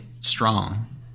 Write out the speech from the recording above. strong